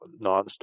nonstop